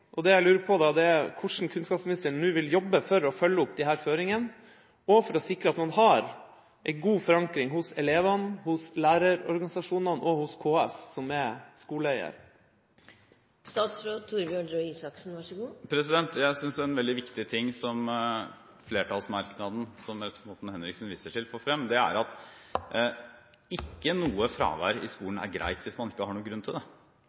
sektoren. Det jeg lurer på, er hvordan kunnskapsministeren vil jobbe for å følge opp disse føringene, og for å sikre at man har en god forankring hos elevene, hos lærerorganisasjonene og hos KS, som er skoleeier? Jeg synes det er en veldig viktig ting som flertallsmerknaden, som representanten Henriksen viser til, får frem. Det er at ikke noe fravær i skolen er greit hvis man ikke har grunn til det.